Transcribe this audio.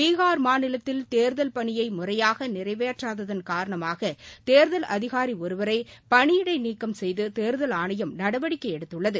பீகார் மாநிலத்தில் தேர்தல் பணியை முறையாக நிறைவேற்றாததன் காரணமாக தேர்தல் அதிகாரி ஒருவரை பணியிடை நீக்கம் செய்து தேர்தல் ஆணையம் நடவடிக்கை எடுத்துள்ளது